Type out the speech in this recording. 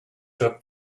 took